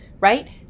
Right